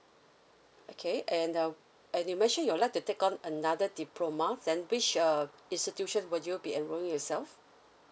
okay and uh and you mention you like to take on another diploma then which uh institution would you be enrolling yourself